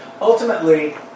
ultimately